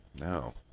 No